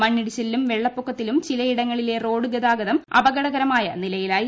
മണ്ണിടിച്ചിലിലും വെള്ളപ്പൊക്കത്തിലും ചിലയിടങ്ങളിലെ റോഡുഗതാഗതം അപകടകരമായ നിലയിലായി